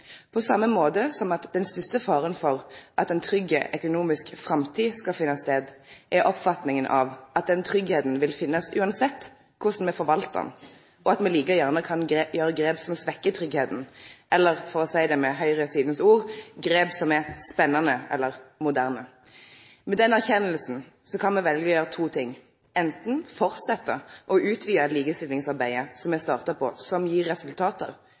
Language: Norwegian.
på same måten som at den største faren for at trygg økonomisk framtid skal finne stad, er oppfatninga av at den tryggleiken vil finnast uansett korleis me forvaltar han, og at ein like gjerne kan gjere grep som svekkjer tryggleiken, eller for å seie det med høgresidas ord: grep som er «spanande» eller «moderne». Med den erkjenninga kan me velje å gjere to ting – anten halde fram med å utvide likestillingsarbeidet som me har starta på, og som